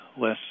less